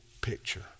picture